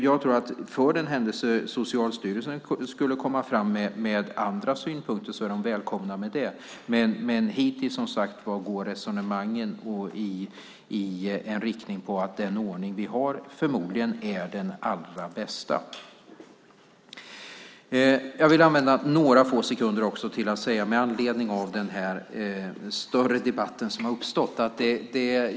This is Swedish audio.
Jag tror att för den händelse Socialstyrelsen skulle komma fram till andra synpunkter är den välkommen med det. Men hittills går som sagt resonemangen i riktningen att den ordning vi har förmodligen är den allra bästa. Jag vill använda några sekunder åt att säga något med anledning av den större debatt som har uppstått.